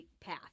path